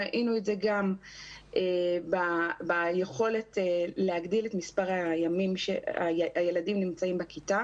ראינו את זה גם ביכולת להגדיל את מספר הימים שהילדים נמצאים בכיתה.